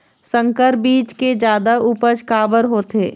संकर बीज के जादा उपज काबर होथे?